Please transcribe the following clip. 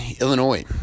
illinois